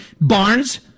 Barnes